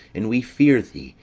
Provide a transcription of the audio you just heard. and we fear thee,